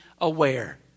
aware